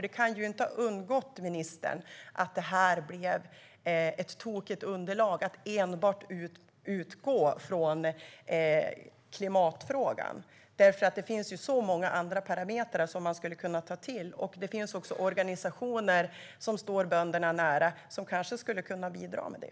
Det kan ju inte ha undgått ministern att det blev ett tokigt underlag att utgå enbart från klimatfrågan. Det finns många andra parametrar som man skulle kunna ta till, och det finns organisationer som står bönderna nära som kanske skulle kunna bidra till det.